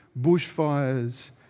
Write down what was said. bushfires